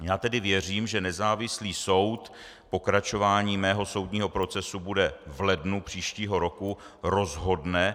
Já tedy věřím, že nezávislý soud, pokračování mého soudního procesu bude v lednu příštího roku, rozhodne.